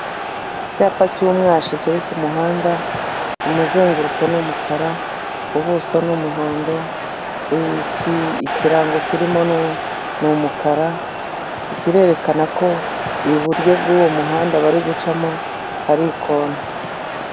Icyapa cy'umwashi kiri ku kumuhanda umuzenguruko ni umukara, ubuso ni umuhondo ikirango kirimo ni umukara, kirerekana ko iburyo bw'uwo muhanda bari gucamo hari ikona.